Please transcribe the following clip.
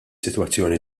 sitwazzjoni